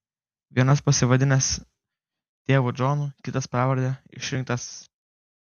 vienas pasivadinęs tėvu džonu kitas pravarde išrinktasis